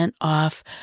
off